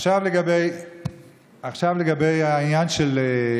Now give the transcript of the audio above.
עכשיו לגבי העניין של,